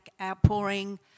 outpouring